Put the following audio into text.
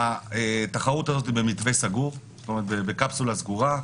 התחרות הזאת היא במתווה סגור, בקפסולה סגורה.